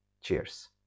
Cheers